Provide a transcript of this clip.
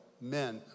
Men